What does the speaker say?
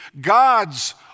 God's